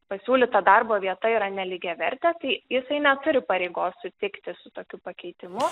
pasiūlyta darbo vieta yra nelygiavertė tai jisai neturi pareigos sutikti su tokiu pakeitimu